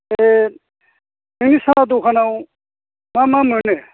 बे नोंनि साहा दखानाव मा मा मोनो